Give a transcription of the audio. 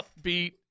upbeat